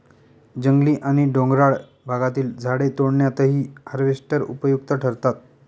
जंगली आणि डोंगराळ भागातील झाडे तोडण्यातही हार्वेस्टर उपयुक्त ठरतात